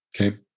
Okay